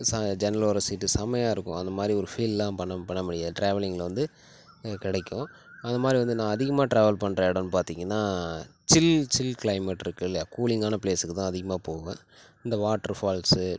ஜன்னல் ஓர சீட்டு செமையாக இருக்கும் அந்த மாதிரி ஒரு ஃபீல்லாம் பண்ண பண்ண முடியாது ட்ராவலிங்க்கில வந்து கிடைக்கும் அதுமாதிரி வந்து நான் அதிகமாக ட்ராவல் பண்ணுற இடம் பார்த்திங்கன்னா ச்சில் ச்சில் கிளைமேட் இருக்குல்லையா கூலிங்கான ப்ளேஸுக்கு தான் அதிகமாக போவேன் இந்த வாட்டர் ஃபால்ஸு